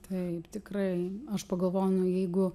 taip tikrai aš pagalvojau nu jeigu